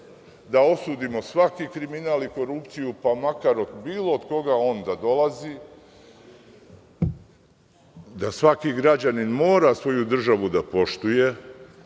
da osudimo svaki kriminal i korupciju, pa makar od bilo koga on da dolazi, da svaki građanin mora državu da poštuje.